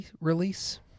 release